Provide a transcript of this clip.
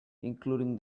including